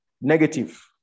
negative